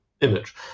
image